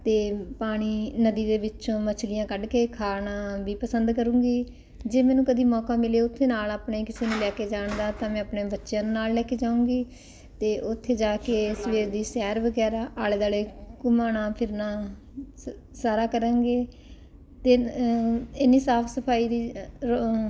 ਅਤੇ ਪਾਣੀ ਨਦੀ ਦੇ ਵਿੱਚੋਂ ਮਛਲੀਆਂ ਕੱਢ ਕੇ ਖਾਣਾ ਵੀ ਪਸੰਦ ਕਰੂਗੀ ਜੇ ਮੈਨੂੰ ਕਦੀ ਮੌਕਾ ਮਿਲੇ ਉੱਥੇ ਨਾਲ ਆਪਣੇ ਕਿਸੇ ਨੂੰ ਲੈ ਕੇ ਜਾਣ ਦਾ ਤਾਂ ਮੈਂ ਆਪਣੇ ਬੱਚਿਆਂ ਨੂੰ ਨਾਲ ਲੈ ਕੇ ਜਾਊਂਗੀ ਅਤੇ ਉੱਥੇ ਜਾ ਕੇ ਸਵੇਰ ਦੀ ਸੈਰ ਵਗੈਰਾ ਆਲੇ ਦੁਆਲੇ ਘੁੰਮਣਾ ਫਿਰਨਾ ਸ ਸਾਰਾ ਕਰਾਂਗੇ ਅਤੇ ਇੰਨੀ ਸਾਫ ਸਫਾਈ ਦੀ